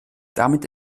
damit